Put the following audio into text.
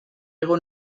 hego